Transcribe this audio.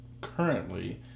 currently